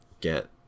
get